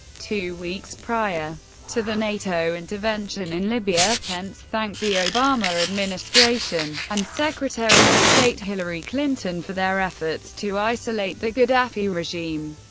two weeks prior to the nato intervention in libya, pence thanked the obama administration and secretary of state hillary clinton for their efforts to isolate the gaddafi regime.